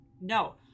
no